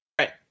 right